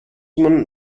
man